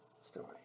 story